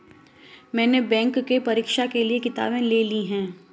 मैने बैंक के परीक्षा के लिऐ किताबें ले ली हैं